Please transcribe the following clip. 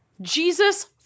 Jesus